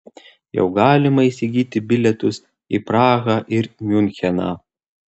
jau galima įsigyti bilietus į prahą ir miuncheną